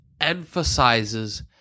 emphasizes